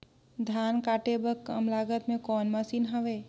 धान काटे बर कम लागत मे कौन मशीन हवय?